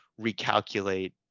recalculate